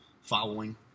following